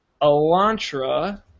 Elantra